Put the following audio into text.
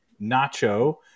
Nacho